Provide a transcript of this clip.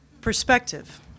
Perspective